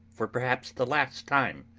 for perhaps the last time!